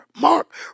Mark